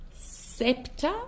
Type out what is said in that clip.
scepter